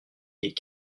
des